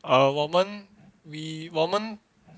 ah 我们 we 我们